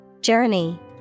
Journey